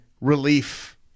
relief